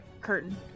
curtain